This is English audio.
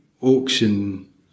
auction